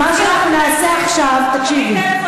תרימו טלפון.